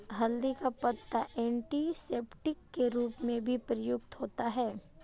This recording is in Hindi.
हल्दी का पत्ता एंटीसेप्टिक के रूप में भी प्रयुक्त होता है